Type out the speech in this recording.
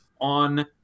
on